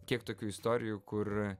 kiek tokių istorijų kur